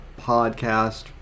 podcast